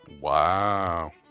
Wow